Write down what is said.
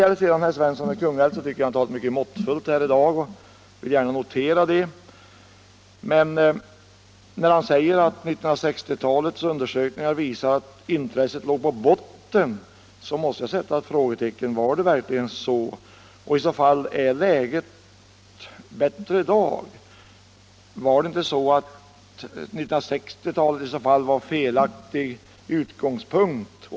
Herr Svensson i Kungälv talade mycket måttfullt här i dag, och jag vill gärna notera det. Men när han säger att 1960-talets undersökningar visar att intresset låg på botten, så måste jag sätta ett frågetecken. Var det verkligen så? Och är läget i så fall bättre i dag? Var inte 1960-talet en felaktig utgångspunkt?